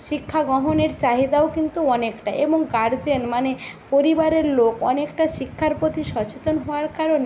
শিক্ষা গ্রহণের চাহিদাও কিন্তু অনেকটা এবং গার্জেন মানে পরিবারের লোক অনেকটা শিক্ষার প্রতি সচেতন হওয়ার কারণে